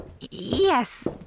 Yes